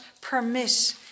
permit